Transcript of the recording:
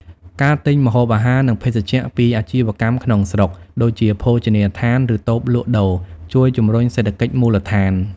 ការទិញ ម្ហូបអាហារ និងភេសជ្ជៈពីអាជីវកម្មក្នុងស្រុក ដូចជាភោជនីយដ្ឋាន ឬតូបលក់ដូរ ជួយជំរុញសេដ្ឋកិច្ចមូលដ្ឋាន។